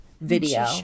video